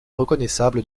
reconnaissable